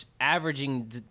averaging